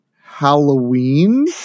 Halloween